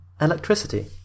electricity